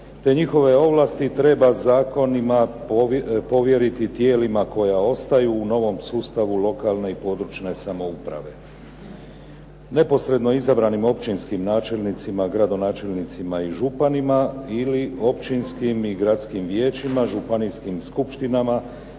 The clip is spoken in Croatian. Te njihove ovlasti treba zakonima povjeriti tijelima koja ostaju u novom sustavu lokalne i područne samouprave. Neposredno izabranim načelnicima, gradonačelnicima i županima ili općinskim i gradskim vijećima, županijskim skupštinama